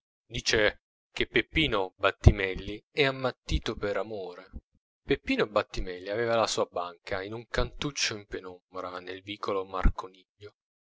dice che peppino battimelli è ammattito per amore peppino battimelli aveva la sua banca in un cantuccio in penombra nel vico